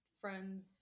friends